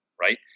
Right